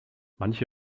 manche